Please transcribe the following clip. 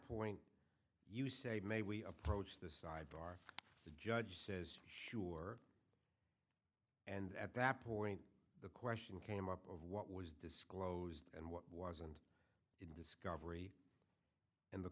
point you save may we approach the sidebar the judge says sure and at that point the question came up of what was disclosed and what wasn't in discovery and the